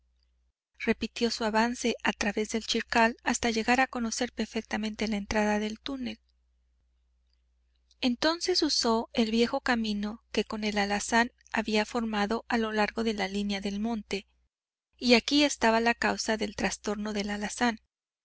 repitió su avance a través del chircal hasta llegar a conocer perfectamente la entrada del túnel entonces usó del viejo camino que con el alazán habían formado a lo largo de la línea del monte y aquí estaba la causa del trastorno del alazán